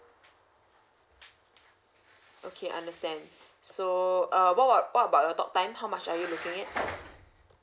okay understand so uh what what what about your talk time how much are you looking at